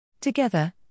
Together